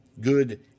good